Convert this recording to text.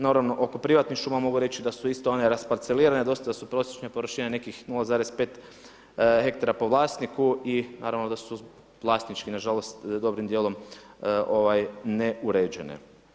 Naravno oko privatnih šuma mogu reći da su isto one rasparcelirane, dosta su prosječne površine nekih 0,5 ha po vlasniku i naravno da su vlasnički dobrim djelom neuređene.